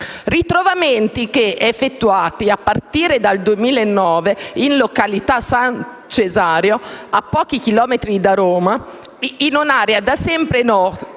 Ritrovamenti che, effettuati a partire dal 2009 in località San Cesareo, a pochi chilometri da Roma, in un'area da sempre nota